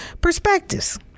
Perspectives